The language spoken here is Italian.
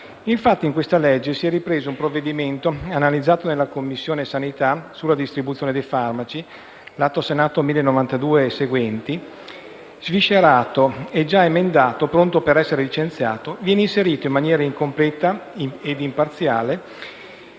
Infatti, in questo provvedimento se ne è ripreso un altro analizzato dalla Commissione sanità sulla distribuzione dei farmaci, l'Atto Senato 1092 e seguenti, sviscerato e già emendato, pronto per essere licenziato, che viene inserito in maniera incompleta e imparziale,